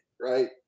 right